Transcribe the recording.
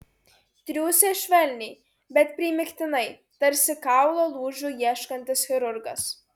triūsė švelniai bet primygtinai tarsi kaulo lūžių ieškantis chirurgas